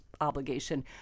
obligation